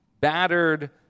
battered